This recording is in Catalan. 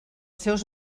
seus